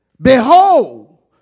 Behold